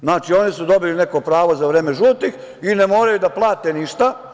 Znači, oni su dobili neko pravo za vreme žutih i ne moraju da plate ništa.